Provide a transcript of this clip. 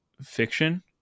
fiction